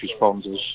responders